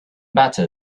better